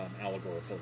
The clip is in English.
allegorical